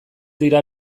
dira